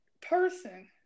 person